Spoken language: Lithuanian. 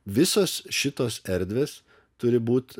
visos šitos erdvės turi būt